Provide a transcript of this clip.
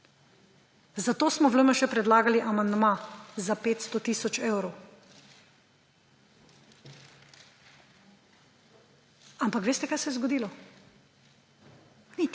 Zato smo v LMŠ predlagali amandma za 500 tisoč evrov. Ampak veste, kaj se je zgodilo? Nič!